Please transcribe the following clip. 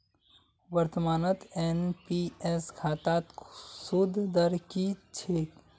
वर्तमानत एन.पी.एस खातात सूद दर की छेक